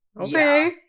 Okay